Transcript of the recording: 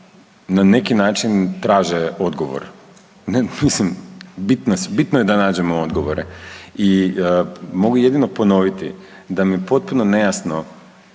na neki način traže odgovor. Mislim, bitno je da nađemo odgovore. I mogu jedino ponoviti da mi je potpuno nejasno